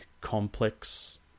complex